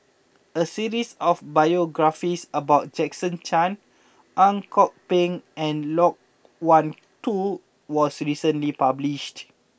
a cities of biographies about Jason Chan Ang Kok Peng and Loke Wan Tho was recently published